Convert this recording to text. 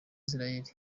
israel